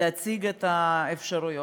להציג את האפשרויות.